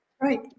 Right